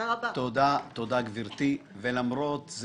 בניגוד למנכ"לים אחרים